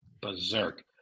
berserk